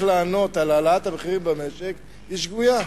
לענות על העלאת המחירים במשק היא שגויה.